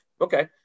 Okay